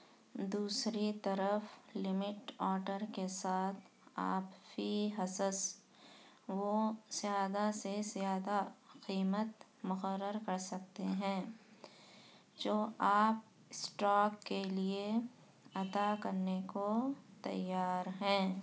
دوسری طرف limit order کے ساتھ آپ فی حصص وہ زیادہ سے زیادہ قیمت مقرر کرسکتے ہیں جو آپ اسٹاک کے لیے ادا کرنے کو تیار ہیں